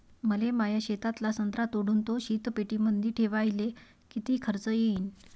मले माया शेतातला संत्रा तोडून तो शीतपेटीमंदी ठेवायले किती खर्च येईन?